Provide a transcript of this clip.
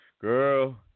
Girl